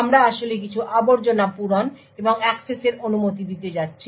আমরা আসলে কিছু আবর্জনা পূরণ এবং অ্যাক্সেসের অনুমতি দিতে যাচ্ছি